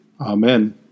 Amen